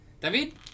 David